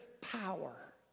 power